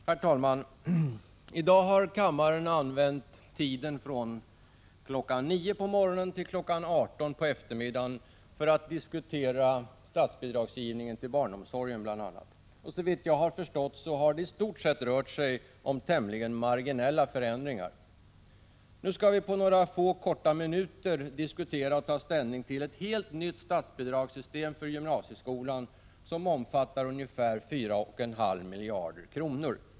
Herr talman! I dag har kammaren använt tiden från kl. 9 på morgonen till kl. 18 på eftermiddagen för att diskutera statsbidragsgivningen till bl.a. barnomsorgen. Såvitt jag har förstått har det i stort sett rört sig om tämligen marginella förändringar. Nu skall vi på några få minuter diskutera och ta ställning till ett helt nytt statsbidragssystem för gymnasieskolan som omfattar ungefär 4,5 miljarder kronor.